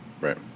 Right